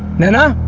naina!